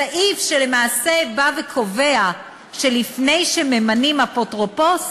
סעיף שלמעשה בא וקובע שלפני שממנים אפוטרופוס,